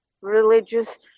religious